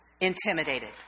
intimidated